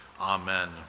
Amen